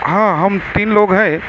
ہاں ہم تین لوگ ہیں